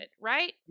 right